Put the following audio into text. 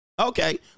Okay